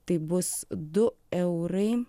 tai bus du eurai